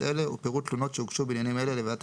אלה ופירוט תלונות שהוגשו בעניינים אלה לוועדת